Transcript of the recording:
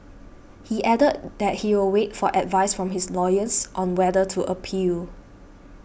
he added that he will wait for advice from his lawyers on whether to appeal